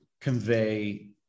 convey